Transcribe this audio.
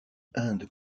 inde